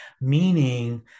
Meaning